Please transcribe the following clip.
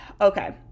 Okay